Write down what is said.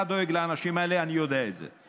אתה דואג לאנשים האלה, אני יודע את זה,